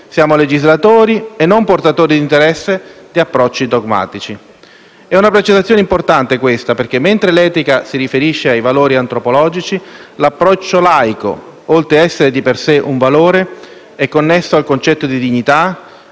Siamo legislatori e non portatori di interessi e approcci dogmatici. È una precisazione importante questa perché, mentre l'etica si riferisce ai valori antropologici, l'approccio laico, oltre ad essere di per sé un valore, è connesso al concetto di dignità,